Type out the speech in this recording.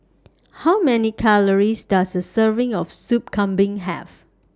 How Many Calories Does A Serving of Soup Kambing Have